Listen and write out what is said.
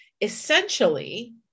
essentially